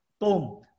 Boom